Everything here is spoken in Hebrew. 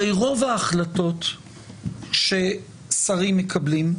הרי רוב ההחלטות ששרים מקבלים,